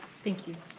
thank you.